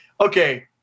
okay